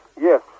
yes